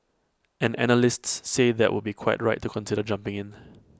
and analysts say that would be quite right to consider jumping in